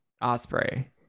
Osprey